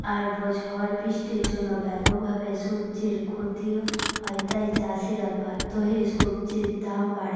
আর ঝড় বৃষ্টির জন্য ব্যাপকভাবে সবজির ক্ষতিও হয় তাই চাষিরা বাধ্য হয়ে সবজির দাম বাড়ায়